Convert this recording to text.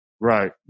Right